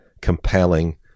compelling